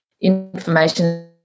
information